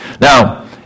Now